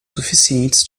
suficientes